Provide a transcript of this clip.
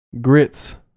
Grits